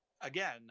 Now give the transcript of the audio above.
again